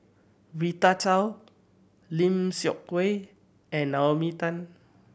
Rita Chao Lim Seok Hui and Naomi Tan